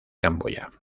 camboya